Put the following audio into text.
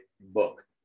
book